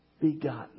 begotten